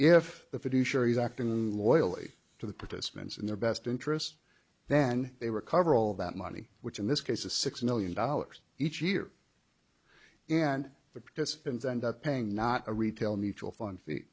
if the fiduciaries acting loyally to the participants in their best interest then they recover all of that money which in this case is six million dollars each year and the participants end up paying not a retail mutual fund fee